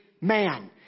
man